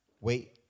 Wait